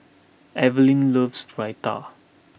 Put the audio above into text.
Evelyn loves Raita